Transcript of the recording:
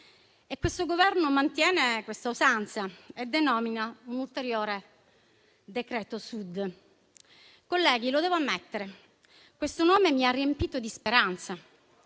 e questo Governo mantiene questa usanza e denomina un ulteriore decreto "Sud". Colleghi, lo devo ammettere: questo nome mi ha riempito di speranza;